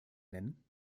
nennen